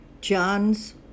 John's